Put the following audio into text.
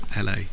LA